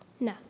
No